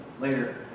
later